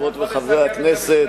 חברות וחברי הכנסת,